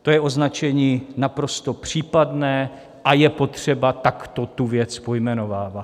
To je označení naprosto případné a je potřeba takto tu věc pojmenovávat.